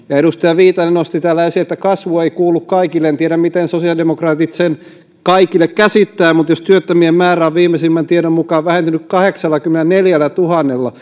edustaja viitanen nosti täällä esiin että kasvu ei kuulu kaikille en tiedä miten sosiaalidemokraatit sen kaikille käsittävät mutta jos työttömien määrä on viimeisimmän tiedon mukaan vähentynyt kahdeksallakymmenelläneljällätuhannella